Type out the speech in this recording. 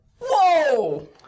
Whoa